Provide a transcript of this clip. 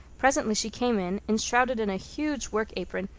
presently she came in, enshrouded in a huge work-apron,